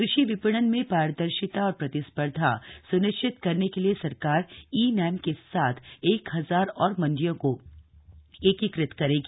कृषि विपणन में पारदर्शिता और प्रतिस्पर्धा स्निश्चित करने के लिए सरकार ई नैम के साथ एक हजार और मंडियों को एकीकृत करेगी